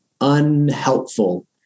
unhelpful